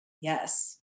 yes